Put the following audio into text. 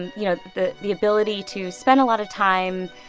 you know, the the ability to spend a lot of time,